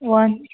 one